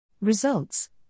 Results